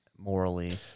Morally